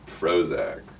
Prozac